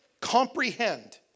comprehend